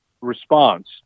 response